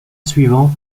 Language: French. suivant